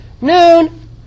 noon